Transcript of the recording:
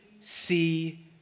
see